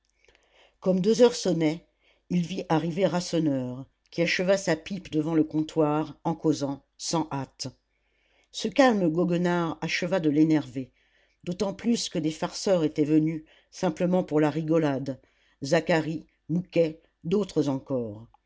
comme deux heures sonnaient il vit arriver rasseneur qui acheva sa pipe devant le comptoir en causant sans hâte ce calme goguenard acheva de l'énerver d'autant plus que des farceurs étaient venus simplement pour la rigolade zacharie mouquet d'autres encore